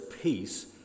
peace